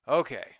Okay